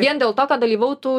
vien dėl to kad dalyvautų